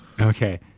okay